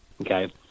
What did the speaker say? Okay